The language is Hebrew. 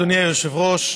אדוני היושב-ראש,